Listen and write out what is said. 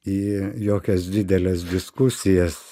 į jokias dideles diskusijas